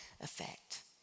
effect